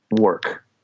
work